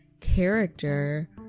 character